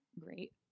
great